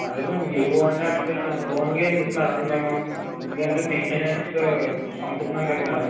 అవే ma'am మీ own లేతో own గా ఎందుకు మ్యాడం మేము అంటే మైంటెనెన్స్ పంపుతున్నాం కదా మ్యాడం